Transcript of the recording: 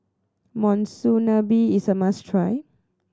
monsunabe is a must try